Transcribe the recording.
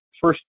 First